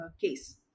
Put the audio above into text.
case